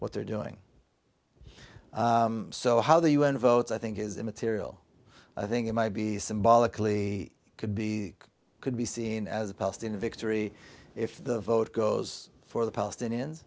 what they're doing so how the u n votes i think is immaterial i think it might be symbolically could be could be seen as a pulse in the victory if the vote goes for the palestinians